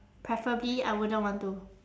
preferably I wouldn't want to